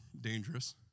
dangerous